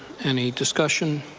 any discussion?